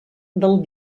del